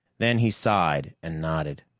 then he sighed and nodded.